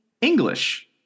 English